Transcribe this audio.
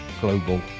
global